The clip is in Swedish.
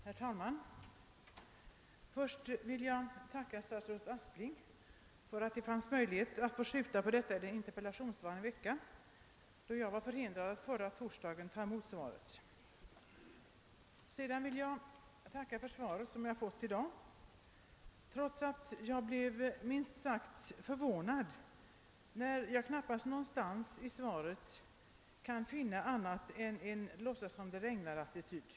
Herr talman! Först vill jag tacka stats rådet Aspling för att han velat och kunnat skjuta på besvarandet av min interpellation en vecka; jag var nämligen förhindrad att ta emot svaret förra torsdagen. Sedan tackar jag för det svar jag fått i dag, trots att jag blev minst sagt förvånad över att knappast någonstans i svaret finna annat än en »låtsas-somom-det-regnar-attityd«.